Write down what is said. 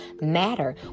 matter